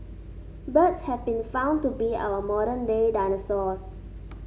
birds have been found to be our modern day dinosaurs